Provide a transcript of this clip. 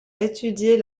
étudier